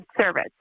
service